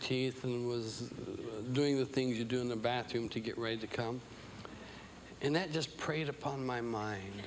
teeth and was doing the things you do in the bathroom to get ready to come and that just preyed upon my m